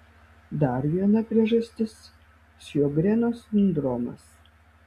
dar viena priežastis sjogreno sindromas